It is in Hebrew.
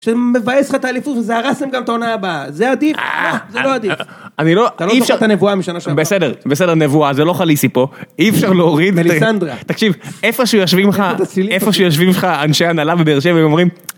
כשמבאס לך את האליפות זה הרס להם גם את העונה הבאה, זה עדיף, זה לא עדיף. אתה לא צריך את הנבואה משנה של הפעם. בסדר, נבואה זה לא חליסי פה, אי אפשר להוריד את... מליסנדרה. תקשיב, איפשהו יושבים לך אנשי הנהלה בבאר שבע אומרים...